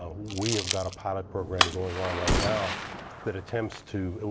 ah we have got a pilot program going on right now that attempts to,